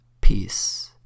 Peace